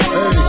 Hey